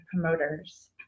promoters